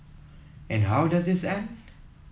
and how does this end